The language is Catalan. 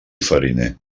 fariner